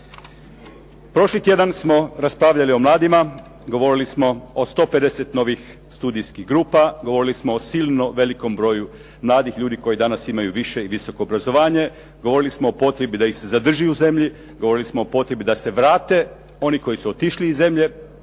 Prošli tjedan smo raspravljali o mladima, govorili smo o 150 novih studijskih grupa, govorili smo o silno velikom broju mladih ljudi koji danas imaju više i visoko obrazovanje, govorili smo o potrebi da ih se zadrži u zemlji, govorili smo o potrebi da se vrate oni koji su otišli iz zemlje.